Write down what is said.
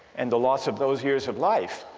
and the loss of those years of life,